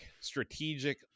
Strategic